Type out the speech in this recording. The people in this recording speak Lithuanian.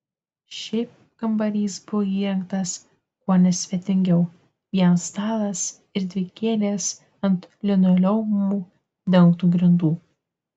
šiaip kambarys buvo įrengtas kuo nesvetingiau vien stalas ir dvi kėdės ant linoleumu dengtų grindų